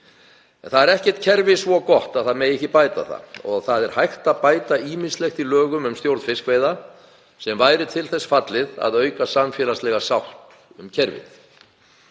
En ekkert kerfi er svo gott að ekki megi bæta það og hægt er að bæta ýmislegt í lögum um stjórn fiskveiða sem væri til þess fallið að auka samfélagslega sátt um kerfið.